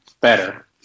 better